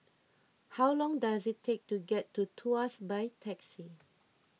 how long does it take to get to Tuas by taxi